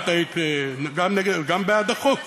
ואת היית גם בעד החוק.